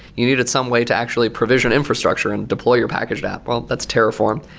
you needed some way to actually provision infrastructure and deploy your packaged app. well, that's terraform.